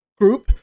group